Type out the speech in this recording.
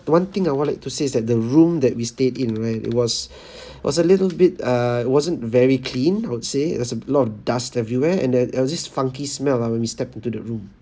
one thing I want like to say is that the room that we stayed in right it was was a little bit err wasn't very clean I would say there's a lot of dust everywhere and then there was this funky smell lah when we step into the room